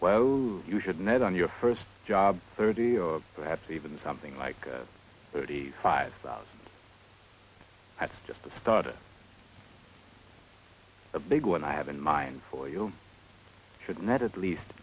well you should net on your first job thirty or perhaps even something like thirty five thousand that's just the start of a big one i have in mind for you should net at least